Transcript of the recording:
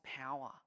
power